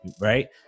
right